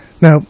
Now